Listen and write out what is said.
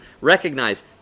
recognize